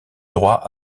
droit